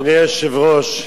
אדוני היושב-ראש,